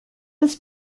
this